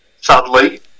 sadly